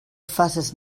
faces